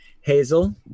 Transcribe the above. Hazel